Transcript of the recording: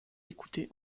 écoutée